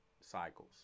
cycles